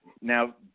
Now